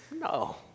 No